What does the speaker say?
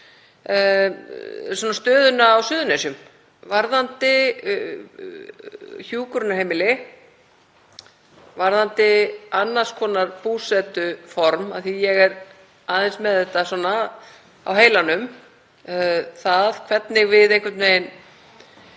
um stöðuna á Suðurnesjum varðandi hjúkrunarheimili, varðandi annars konar búsetuform, af því að ég er aðeins með það á heilanum hvernig við einhvern veginn